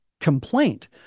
complaint